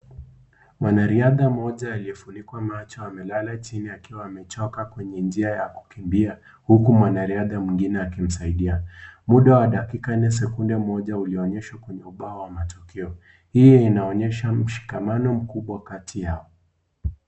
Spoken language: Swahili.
Mwana riadha moja aliyefunikwa macho, amelala chini akiwa amechoka kwenye njia ya kukimbia, uku mwana riadha mwengine akimsaidia. Muda wa dakika ni sekunde moja iliyoongeshwa kwenye ubao wa matokeo .Hii unaonyeshwa mshikamano mkubwa kati yao.